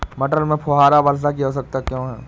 मटर में फुहारा वर्षा की आवश्यकता क्यो है?